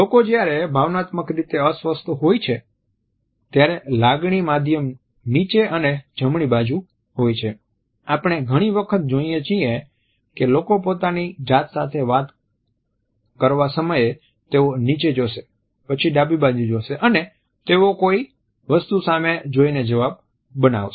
લોકો જ્યારે ભાવનાત્મક રીતે અસ્વસ્થ હોય છે ત્યારે લાગણી માધ્યમ નીચે અને જમણી બાજુ હોય છે આપણે ઘણી વખત જોઈએ છીએ કે લોકો પોતાની જાત સાથે વાત કરવા સમયે તેઓ નીચે જોશે પછી ડાબી બાજુ જોશે અને તેઓ કોઈ વસ્તુ સામે જોઇને જવાબ બનાવશે